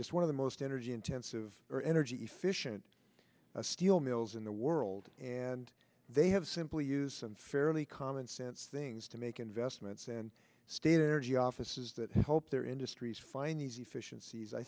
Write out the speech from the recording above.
just one of the most energy intensive energy efficient steel mills in the world and they have simply used some fairly common sense things to make investments and stay there g offices that help their industries find easy fish and seas i